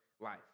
life